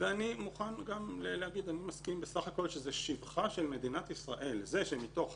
מוכן גם להגיד שאני מסכים בסך הכל שזה שבחה של מדינת ישראל שזה שמתוך